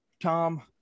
Tom